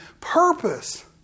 purpose